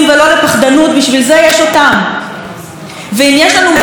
ואם יש לנו מנהיג אחד של מפלגה שלא מסוגל אפילו להגיד שלכל אחת ואחד